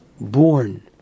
born